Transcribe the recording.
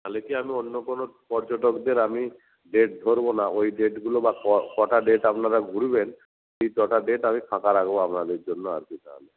তাহলে কী আমি অন্য কোনো পর্যটকদের আমি ডেট ধরব না ওই ডেটগুলো বা কটা ডেট আপনারা ঘুরবেন সেই ডেট আমি ফাঁকা রাখব আপনাদের জন্য আর কি তাহলে